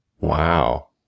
Wow